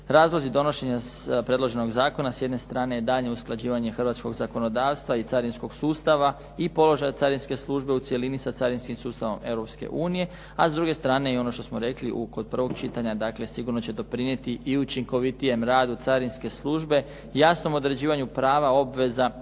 Razlozi donošenja predloženog zakona s jedne strane je daljnje usklađivanje hrvatskog zakonodavstva i carinskog sustava i položaja carinske službe u cjelini sa carinskim sustavom Europske unije, a s druge strane i ono što smo rekli kod 1. čitanja, dakle sigurno će doprinijeti i učinkovitijem radu carinske službe, jasnom određivanju prava, obveza